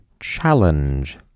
challenge